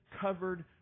covered